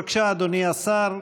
בבקשה, אדוני השר.